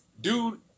Dude